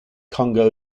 congo